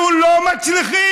אנחנו לא מצליחים.